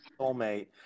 soulmate